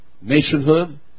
nationhood